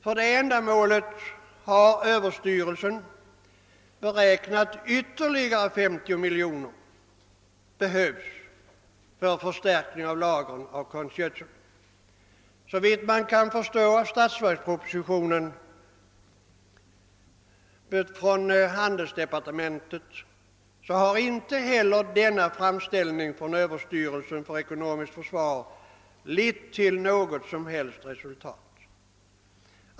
För detta ändamål har Överstyrelsen beräknat att ytterligare 50 miljoner behövs för förstärkning av lagren av konstgödsel. Såvitt man kan förstå av handelsdepartementets huvudtitel i statsverkspropositionen har inte heller denna framställning från överstyrelsen för ekonomiskt försvar lett till något som helst resultat.